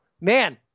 man